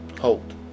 Hold